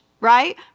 right